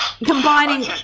Combining